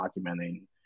documenting